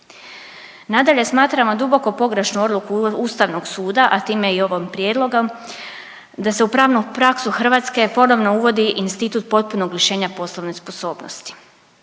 Nadalje, smatramo duboko pogrešnu odluku Ustavnog suda, a time i ovog prijedloga, da se u pravnu praksu Hrvatske ponovno uvodi instituti potpunog lišenja poslovne sposobnosti.